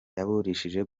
yabarushije